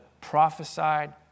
prophesied